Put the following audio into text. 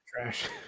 trash